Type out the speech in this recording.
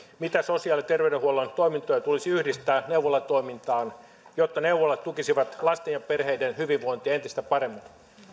mitä sosiaali ja terveydenhuollon toimintoja tulisi yhdistää neuvolatoimintaan jotta neuvolat tukisivat lasten ja perheiden hyvinvointia entistä paremmin